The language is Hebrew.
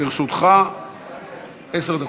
לרשותך עשר דקות.